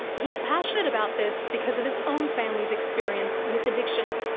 he's passionate about this because of his own family's experience with addiction.